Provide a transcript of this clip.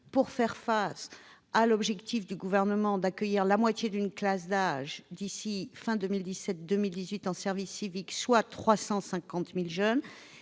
de faire face à l'objectif du Gouvernement d'accueillir la moitié d'une classe d'âge en service civique, soit 350 000 jeunes,